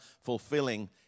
fulfilling